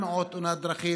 גם למנוע תאונות דרכים.